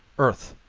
earth,